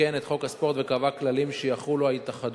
תיקן את חוק הספורט וקבע כללים שיחולו על התאחדויות